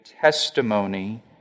testimony